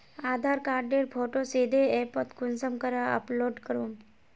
आधार कार्डेर फोटो सीधे ऐपोत कुंसम करे अपलोड करूम?